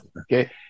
Okay